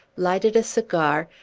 lighted a cigar,